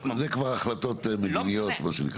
טוב, זה כבר החלטות מדיניות מה שנקרא.